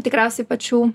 tikriausiai pačių